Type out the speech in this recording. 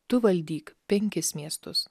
tu valdyk penkis miestus